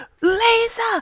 laser